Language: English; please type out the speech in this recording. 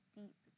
deep